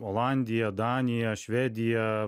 olandija danija švedija